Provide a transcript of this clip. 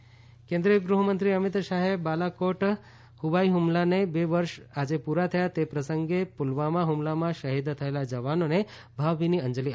Shah Pulwama કેન્દ્રીય ગૃહમંત્રી અમિતશાહે બાલાકોટ હવાઈ હ્મલાને બે વર્ષ આજે પૂરાં થયાં તે પ્રસંગે પુલવામા હુમલામાં શહિદ થયેલાં જવાનોને ભાવભીની અંજલી આપી છે